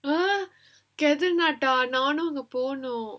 !huh! karnataka நானும் அங்க போனும்:naanum anga poganum